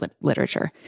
literature